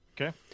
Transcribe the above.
Okay